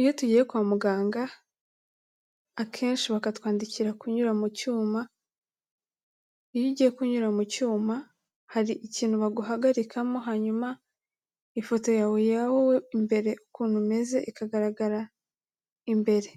Iyo tugiye kwa muganga, akenshi bakatwandikira kunyura mu cyuma, iyo ugiye kunyura mu cyuma, hari ikintu baguhagarikamo hanyuma ifoto yawe ya wowe imbere ukuntu umeze ikagaragara imbere,